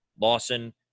Lawson